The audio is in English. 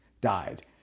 died